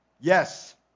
Yes